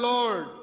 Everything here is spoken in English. Lord